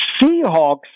Seahawks